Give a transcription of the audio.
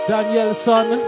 Danielson